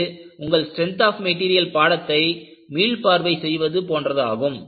இது உங்கள் strength of material பாடத்தை மீள்பார்வை செய்வது போன்றதாகும்